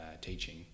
teaching